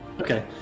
Okay